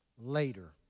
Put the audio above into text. later